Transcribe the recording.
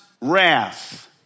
wrath